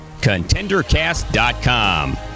ContenderCast.com